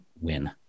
win